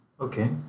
Okay